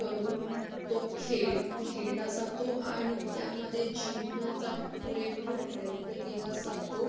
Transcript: करून तो खेळ खेळला जातो आणि त्यामध्ये जिंकण्याचा पुरेपूर प्रयत्न केला जातो